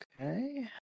Okay